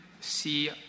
see